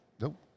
Nope